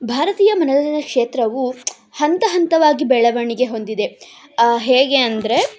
ಭಾರತೀಯ ಮನರಂಜನಾ ಕ್ಷೇತ್ರವು ಹಂತ ಹಂತವಾಗಿ ಬೆಳವಣಿಗೆ ಹೊಂದಿದೆ ಹೇಗೆ ಅಂದರೆ